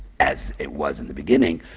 as it was in the beginning,